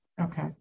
Okay